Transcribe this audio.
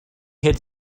had